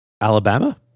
Alabama